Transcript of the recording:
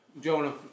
Jonah